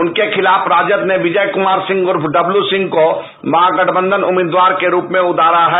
उनके खिलाफ राजद ने विजय कुमार सिंह उर्फ डय्तयू सिंह को महा गठबंधन उम्मीदवार के रुप में उतारा है